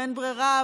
אין ברירה,